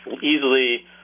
easily